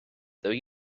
though